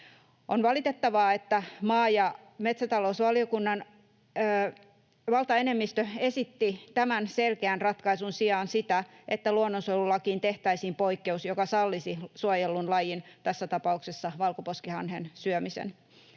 On valitettavaa, että maa- ja metsätalousvaliokunnan valtaenemmistö esitti tämän sel-keän ratkaisun sijaan sitä, että luonnonsuojelulakiin tehtäisiin poikkeus, joka sallisi suojellun lajin, tässä tapauksessa valkoposkihanhen, syömisen.